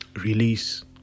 release